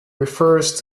refers